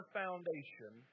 foundation